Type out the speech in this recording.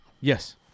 Yes